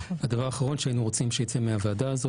הדבר האחרון שהיינו רוצים שיצא מהוועדה הזו,